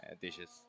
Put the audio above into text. dishes